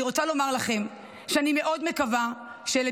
אני רוצה לומר לכם שאני מאוד מקווה שאלה